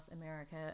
America